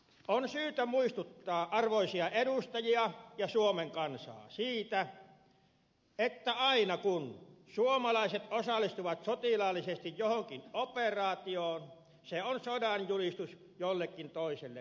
on syytä muistuttaa arvoisia edustajia ja suomen kansaa siitä että aina kun suomalaiset osallistuvat sotilaallisesti johonkin operaatioon se on sodanjulistus jollekin toiselle osapuolelle